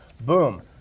Boom